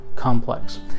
Complex